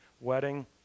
wedding